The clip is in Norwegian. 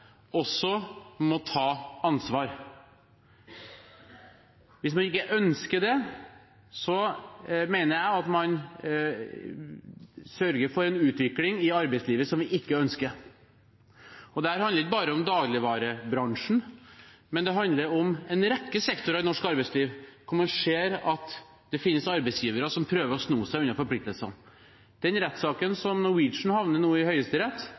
også må ta ansvar. Hvis man ikke ønsker det, mener jeg at man sørger for en utvikling i arbeidslivet som vi ikke ønsker. Dette handler ikke bare om dagligvarebransjen, det handler om en rekke sektorer i norsk arbeidsliv hvor man ser at det finnes arbeidsgivere som prøver å sno seg unna forpliktelsene. Den rettssaken som Norwegian nå havnet i, i Høyesterett,